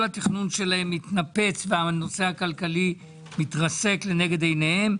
כל התכנון שלהם התנפץ והנושא הכלכלי מתרסק לנגד עיניהם.